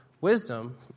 wisdom